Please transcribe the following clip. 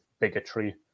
bigotry